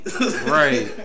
Right